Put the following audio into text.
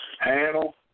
handle